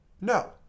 No